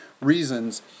reasons